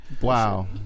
Wow